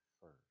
first